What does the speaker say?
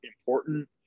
important